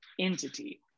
entity